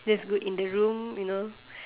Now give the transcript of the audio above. just go in the room you know